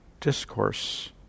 discourse